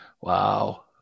wow